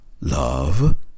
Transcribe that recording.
love